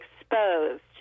exposed